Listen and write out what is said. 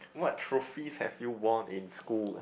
what trophies have you won in school